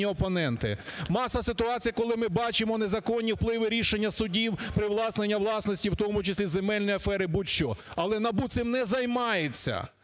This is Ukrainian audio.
опоненти. Маса ситуацій, коли ми бачимо незаконні впливи, рішення судів, привласнення власності, в тому числі земельної афери, будь-що. Але НАБУ цим не займається,